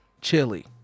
chili